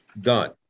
done